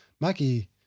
Maggie